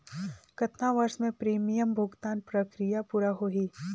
कतना वर्ष मे प्रीमियम भुगतान प्रक्रिया पूरा होही?